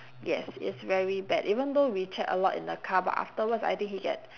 yes it's very bad even though we chat a lot in the car but afterwards I think he get